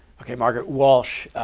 ok. margaret walsh,